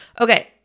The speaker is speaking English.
Okay